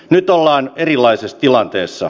nyt ollaan erilaisessa tilanteessa